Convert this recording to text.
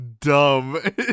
dumb